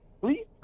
please